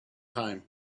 time